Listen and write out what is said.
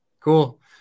Cool